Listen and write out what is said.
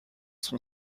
son